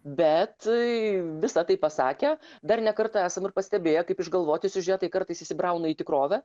bet visa tai pasakę dar ne kartą esam ir pastebėję kaip išgalvoti siužetai kartais įsibrauna į tikrovę